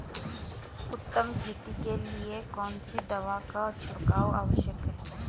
उत्तम खेती के लिए कौन सी दवा का छिड़काव आवश्यक है?